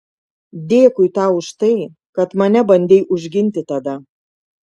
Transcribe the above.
dėkui tau už tai kad mane bandei užginti tada